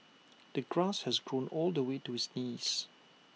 the grass had grown all the way to his knees